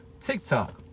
tiktok